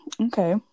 Okay